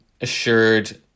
assured